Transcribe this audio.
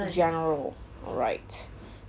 general alright